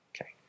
Okay